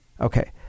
Okay